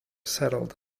settled